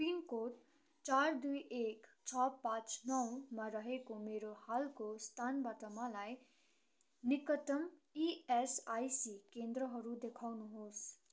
pin code चार दुई एक छ पाँच नौमा रहेको मेरो हालको स्थानबाट मलाई निकटतम इएसआइसी केन्द्रहरू देखाउनुहोस्